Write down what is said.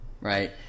Right